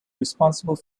responsible